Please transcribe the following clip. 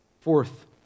Fourth